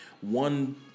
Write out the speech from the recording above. one